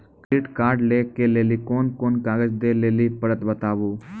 Credit card लै के लेली कोने कोने कागज दे लेली पड़त बताबू?